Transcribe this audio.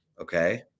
okay